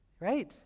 right